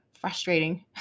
frustrating